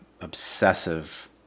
obsessive